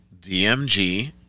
DMG